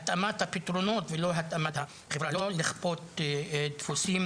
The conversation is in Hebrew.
התאמת הפתרונות ולא התאמת החברה, לא לכפות דפוסים